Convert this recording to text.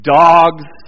dogs